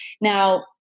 Now